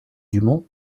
dumont